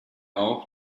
auch